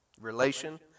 relation